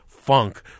funk